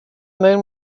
moon